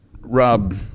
Rob